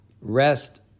rest